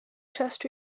chest